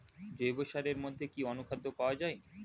জৈব সারের মধ্যে কি অনুখাদ্য পাওয়া যায়?